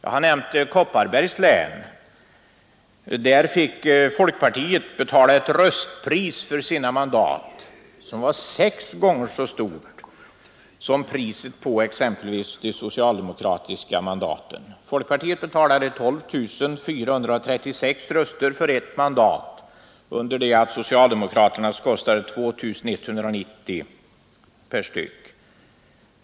I Kopparbergs län fick folkpartiet betala ett röstpris för sina mandat som var sex gånger så högt som priset på exempelvis de socialdemokratiska mandaten. Folkpartiet betalade 12 436 röster för ett mandat, under det att socialdemokraternas kostade 2 190 per styck.